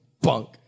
bunk